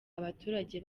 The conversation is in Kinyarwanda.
abaturage